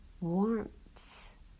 warmth